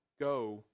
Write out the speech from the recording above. go